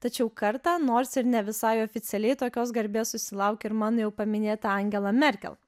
tačiau kartą nors ir ne visai oficialiai tokios garbės susilaukė ir mano jau paminėta angela merkel